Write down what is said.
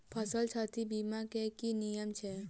फसल क्षति बीमा केँ की नियम छै?